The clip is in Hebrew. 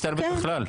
אני לא מסתלבט בכלל.